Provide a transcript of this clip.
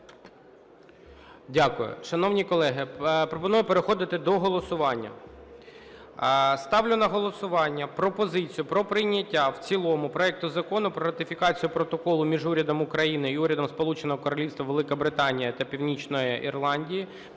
Дякую. Шановні колеги! Пропоную переходити до голосування. Ставлю на голосування пропозицію про прийняття в цілому проекту Закону про ратифікацію Протоколу між Урядом України і Урядом Сполученого Королівства Великої Британії та Північної Ірландії